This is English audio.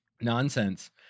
Nonsense